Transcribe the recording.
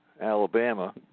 Alabama